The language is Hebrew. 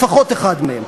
לפחות אחד מהם.